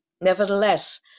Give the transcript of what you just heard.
nevertheless